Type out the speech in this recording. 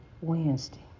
Wednesday